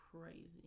crazy